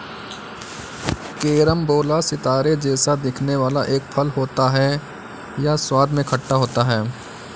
carambola सितारे जैसा दिखने वाला एक फल होता है यह स्वाद में खट्टा होता है